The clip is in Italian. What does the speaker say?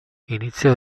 iniziò